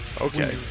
Okay